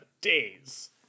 days